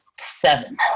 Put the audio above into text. seven